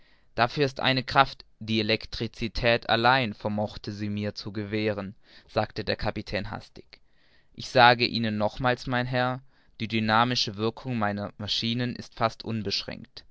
dafür ist eine kraft die elektricität allein vermochte mir sie zu gewähren sagte der kapitän hastig ich sage ihnen nochmals mein herr die dynamische wirkung meiner maschinen ist fast unbeschränkt